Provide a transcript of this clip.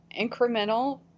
incremental